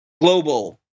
Global